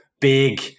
big